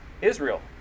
Israel